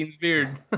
beard